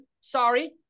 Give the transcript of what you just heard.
sorry